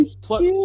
plus